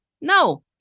no